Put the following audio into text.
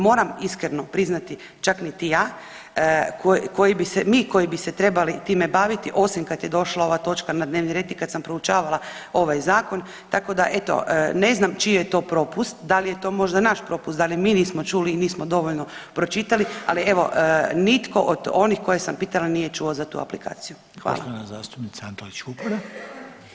Moram iskreno priznati čak niti ja koji bi se, mi koji bi se trebali time baviti osim kad je došla ova točka na dnevni red i kad sam proučavala ovaj zakon tako da eto ne znam čiji je to propust, da li je to možda naš propust, da li mi nismo čuli i nismo dovoljno pročitali, ali evo nitko od onih koje sam pitala nije čuo za tu aplikaciju, hvala.